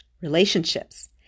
Relationships